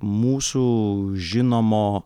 mūsų žinomo